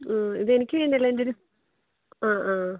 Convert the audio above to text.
ആ ഇത് എനിക്ക് വേണ്ടിയല്ല എന്റൊരു അ ആ